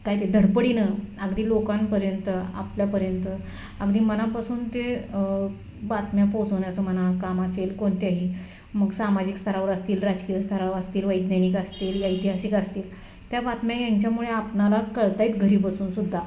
काय ते धडपडीनं अगदी लोकांपर्यंत आपल्यापर्यंत अगदी मनापासून ते बातम्या पोहोचवण्याचं म्हणा काम असेल कोणत्याही मग सामाजिक स्तरावर असतील राजकीय स्थरावर असतील वैज्ञानिक असतील ऐतिहासिक असतील त्या बातम्या यांच्यामुळे आपणाला कळत आहेत घरी बसून सुद्धा